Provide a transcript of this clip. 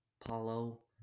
Paulo